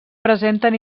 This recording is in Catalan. presenten